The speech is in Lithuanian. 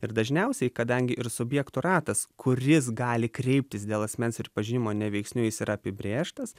ir dažniausiai kadangi ir subjektų ratas kuris gali kreiptis dėl asmens pripažinimo neveiksniu jis yra apibrėžtas